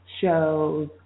show's